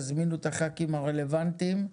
תזמינו את הח"כים הרלבנטיים.